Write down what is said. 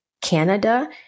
Canada